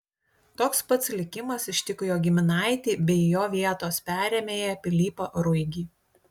toks pat likimas ištiko jo giminaitį bei jo vietos perėmėją pilypą ruigį